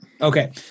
Okay